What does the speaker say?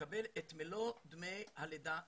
תקבל את מלוא דמי הלידה שלה.